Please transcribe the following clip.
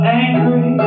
angry